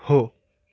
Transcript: हो